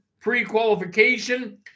pre-qualification